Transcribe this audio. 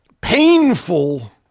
painful